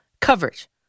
coverage